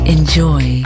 Enjoy